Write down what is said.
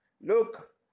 Look